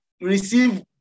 receive